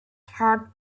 heart